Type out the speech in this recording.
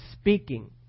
speaking